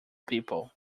people